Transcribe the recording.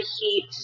heat